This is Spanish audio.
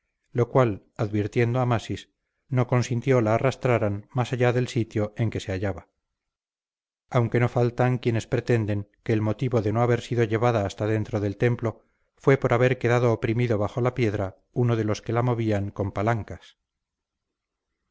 lo cual advirtiendo amasis no consintió la arrastraran más allá del sitio en que se hallaba aunque no falta quienes pretenden que el motivo de no haber sido llevada hasta dentro del templo fue por haber quedado oprimido bajo la piedra uno de los que la movían con palancas